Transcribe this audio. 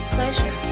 Pleasure